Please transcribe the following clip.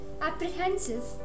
apprehensive